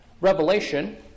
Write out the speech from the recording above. Revelation